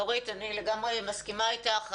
דורית, אני לגמרי מסכימה איתך.